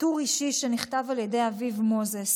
טור אישי שנכתב על ידי אביב מוזס